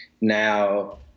now